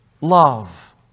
Love